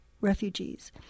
refugees